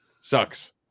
sucks